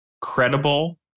credible